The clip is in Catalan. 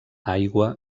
aigua